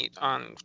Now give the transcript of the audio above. on